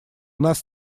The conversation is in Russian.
нас